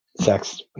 sex